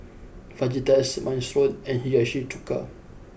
Fajitas Minestrone and Hiyashi Chuka